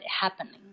happening